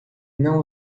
não